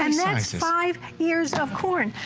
um so next five years of corn,